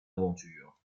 aventure